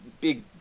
big